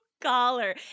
collar